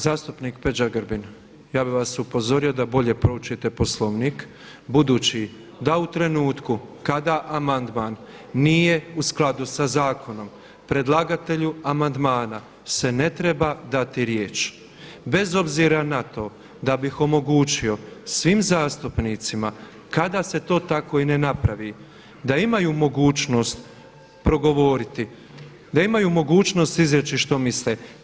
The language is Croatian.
Zastupnik Peđa Grbin, ja bih vas upozorio da bolje proučite Poslovnik budući da u trenutku kada amandman nije u skladu sa zakonom predlagatelju amandmana se ne treba dati riječ bez obzira na to da bih omogućio svim zastupnicima kada se to tako i ne napravi da imaj mogućnost progovoriti, da imaju mogućnost izreći što misle.